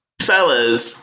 Fellas